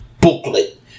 booklet